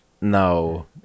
no